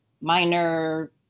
minor